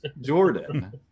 Jordan